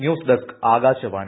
news desk Akashvani